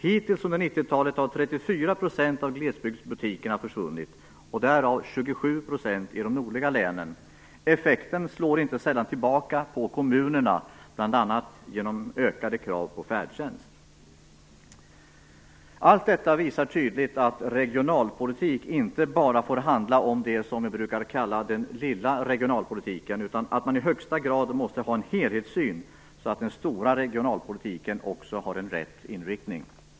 Hittills under 90-talet har 34 % av glesbygdsbutikerna försvunnit, därav 27 % i de nordliga länen. Effekten slår inte sällan tillbaka på kommunerna genom bl.a. ökade krav på färdtjänst. Allt detta visar tydligt att regionalpolitik inte får handla bara om det som vi brukar kalla den "lilla" regionalpolitiken, utan att man i högsta grad måste ha en helhetssyn så att den "stora" regionalpolitiken också har rätt inriktning.